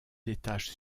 détache